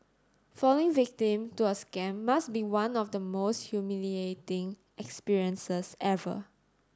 falling victim to a scam must be one of the most humiliating experiences ever